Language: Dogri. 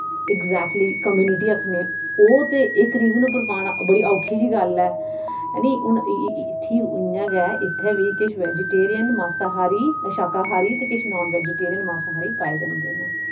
इक्जैकटली कमुनिटी आक्खने ओह् ते इक रीजन उप्पर पाना बड़ी औखी जेही गल्ल ऐ हैनी हून इत्थैं बी इ'यां गै किश वेजीटेरियन न मासांहारी शाकाहारी ते किश नान वेजिटेरियन न मासांहारी पाए जंदे न